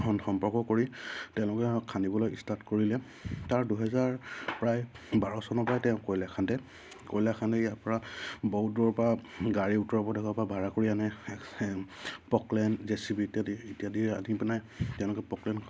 সম্পৰ্ক কৰি তেওঁলোকে খান্দিবলৈ ষ্টাৰ্ট কৰিলে তাৰ দুহেজাৰ প্ৰায় বাৰ চনৰপৰাই তেওঁ কয়লা খান্দে কয়লা খান্দি ইয়াৰপৰা বহুত দূৰৰপৰা গাড়ী উত্তৰ প্ৰদেশৰপৰা ভাড়া কৰি আনে পকলেণ্ড জে চি বি ইত্যাদি ইত্যাদি আনি পেলাই তেওঁলোকে পকলেণ্ড